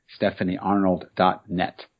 stephaniearnold.net